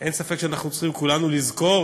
אין ספק שאנחנו צריכים כולנו לזכור,